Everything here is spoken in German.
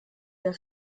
der